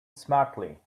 smartly